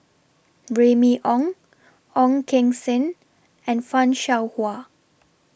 Remy Ong Ong Keng Sen and fan Shao Hua